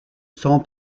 son